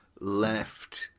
left